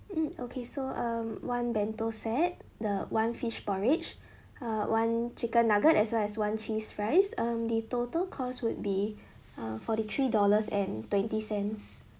mm okay so um one bento set the one fish porridge uh one chicken nugget as well as one cheese fries um the total cost would be uh forty three dollars and twenty cents